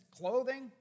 clothing